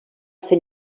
ser